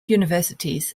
universities